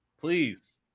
Please